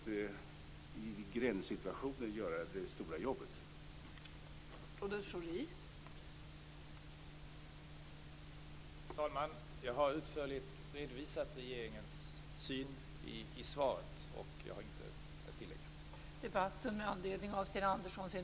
Det gäller att göra det stora jobbet vid gränserna.